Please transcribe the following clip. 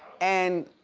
and.